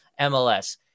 MLS